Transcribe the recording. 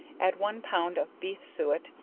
add one pound of beef suet,